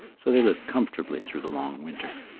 so they lived comfortably through the long winter.